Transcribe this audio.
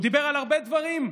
הוא דיבר על הרבה דברים,